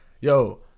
Yo